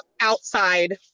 outside